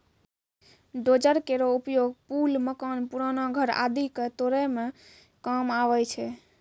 dozer केरो उपयोग पुल, मकान, पुराना घर आदि क तोरै म काम आवै छै